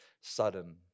sudden